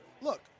Look